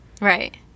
Right